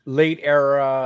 late-era